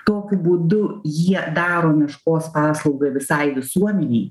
tokiu būdu jie daro meškos paslaugą visai visuomenei